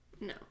No